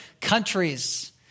countries